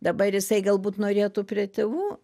dabar jisai galbūt norėtų prie tėvų